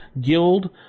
Guild